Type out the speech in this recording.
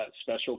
special